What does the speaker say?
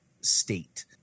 state